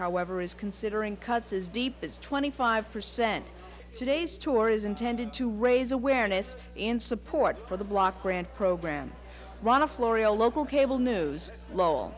however is considering cuts as deep it's twenty five percent today's tour is intended to raise awareness in support for the block grant program run a florio local cable news lo